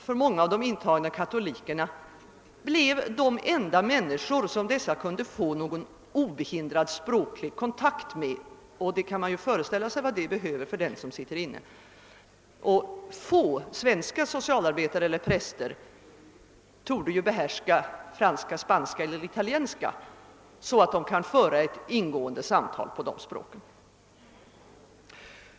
för många av de intagna katolikerna blev de enda människor som dessa kunde få någon obehindrad språklig kontakt med, och man kan ju föreställa sig vad detta betyder för den som siter inne. Få svenska socialarbetare eller präster torde behärska franska, spanska eller italienska så, att de kan föra ett ingående samtal på dessa språk.